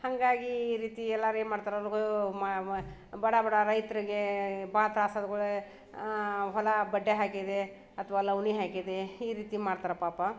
ಹಾಗಾಗಿ ಈ ರೀತಿ ಎಲ್ಲರು ಏನು ಮಾಡ್ತಾರೆ ಅವ್ರಿಗೂ ಮ ಮ ಬಡ ಬಡ ರೈತರಿಗೆ ಭಾಳ ತ್ರಾಸು ಅದ್ಕೂಡ್ಲೆ ಹೊಲ ಬಡ್ಡಿ ಹಾಕಿದೆ ಅಥ್ವಾ ಲೌನಿ ಹಾಗಿದೆ ಈ ರೀತಿ ಮಾಡ್ತಾರೆ ಪಾಪ